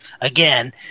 again